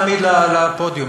תמיד לפודיום,